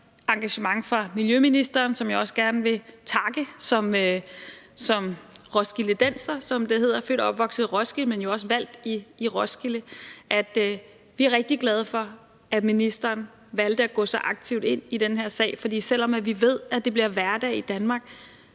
engagement fra miljøministerens side, som jeg også gerne vil takke som roskildedenser, som det hedder; født og opvokset i Roskilde, men jo også valgt i Roskilde. Vi er rigtig glade for, at ministeren valgte at gå så aktivt ind i den her sag, for selv om vi ved, at det bliver hverdag i Danmark,